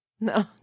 No